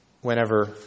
whenever